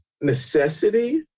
necessity